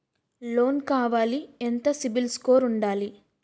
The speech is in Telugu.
లోన్ కావాలి ఎంత సిబిల్ స్కోర్ ఉండాలి?